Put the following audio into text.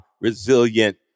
resilient